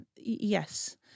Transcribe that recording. Yes